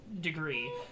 degree